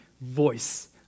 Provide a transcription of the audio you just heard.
voice